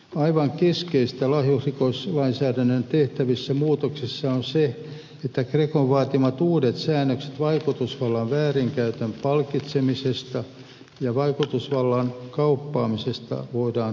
aivan keskeistä lahjusrikoslainsäädäntöön tehtävissä muutoksissa on se että grecon vaatimat uudet säännökset vaikutusvallan väärinkäytön palkitsemisesta ja vaikutusvallan kauppaamisesta voidaan hyväksyä